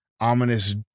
ominous